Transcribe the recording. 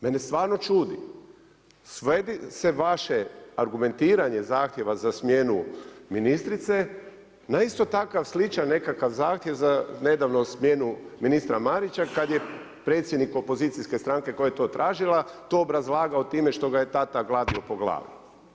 Mene stvarno čudi, svodi se vaše argumentiranje zahtjeva za smjenu ministrice na isto takav sličan nekakav zahtjev za nedavnu smjenu ministra Marića kada je predsjednik opozicijske stranke koja je to tražila to obrazlagao time što ga je tata gladio po glavi.